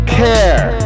care